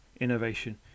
innovation